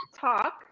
talk